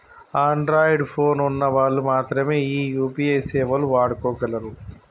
Android phone ఉన్న వాళ్ళు మాత్రమె ఈ యూ.పీ.ఐ సేవలు వాడుకోగలరు